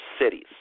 cities